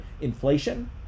inflation